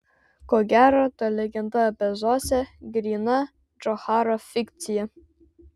ko gero ta legenda apie zosę gryna džocharo fikcija